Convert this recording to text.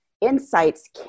insights